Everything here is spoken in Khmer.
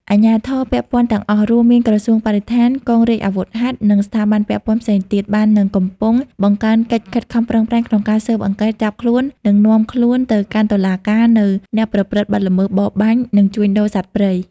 អាជ្ញាធរពាក់ព័ន្ធទាំងអស់ រួមមានក្រសួងបរិស្ថាន កងរាជអាវុធហត្ថ និងស្ថាប័នពាក់ព័ន្ធផ្សេងទៀត បាននិងកំពុង បង្កើនកិច្ចខិតខំប្រឹងប្រែងក្នុងការស៊ើបអង្កេត ចាប់ខ្លួន និងនាំខ្លួនទៅកាន់តុលាការនូវ អ្នកប្រព្រឹត្តបទល្មើសបរបាញ់ និងជួញដូរសត្វព្រៃ។